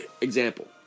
Example